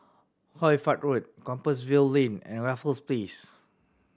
Hoy Fatt Road Compassvale Lane and Raffles Place